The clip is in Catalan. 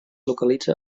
localitza